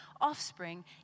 offspring